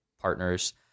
partners